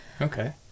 Okay